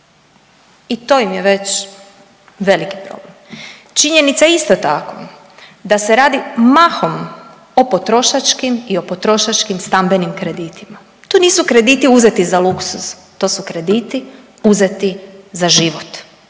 i to im je već velik problem. Činjenica je isto tako da se radi mahom o potrošačkim i o potrošačkim stambenim kreditima. To nisu krediti uzeti za luksuz, to su krediti uzeti za život.